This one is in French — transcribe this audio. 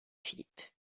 philippe